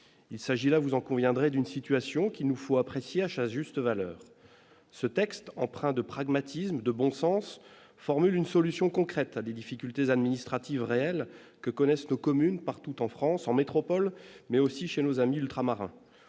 il s'agit, là, vous en conviendrez, d'une situation qu'il nous faut apprécier achat juste valeur ce texte empreint de pragmatisme de bon sens, formule une solution concrète à des difficultés administratives réels que connaissent nos communes, partout en France, en métropole, mais aussi chez nos amis ultramarins